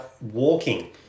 walking